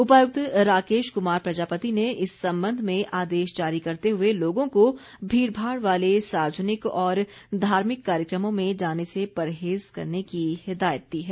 उपायुक्त राकेश कुमार प्रजापति ने इस संबंध में आदेश जारी करते हुए लोगों को भीड़भाड़ वाले सार्वजनिक और धार्मिक कार्यक्रमों में जाने से परहेज़ करने की हिदायत दी है